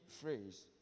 phrase